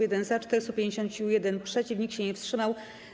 1 - za, 451 - przeciw, nikt się nie wstrzymał.